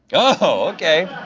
oh okay.